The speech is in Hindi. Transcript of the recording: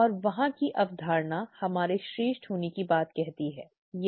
और वहाँ की अवधारणा हमारे श्रेष्ठ होने की बात कहती है है ना